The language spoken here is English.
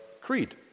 creed